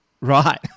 right